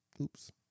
Oops